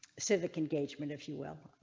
civic engagement of she well.